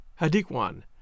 Hadikwan